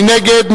מי נגד?